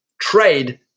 trade